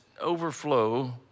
overflow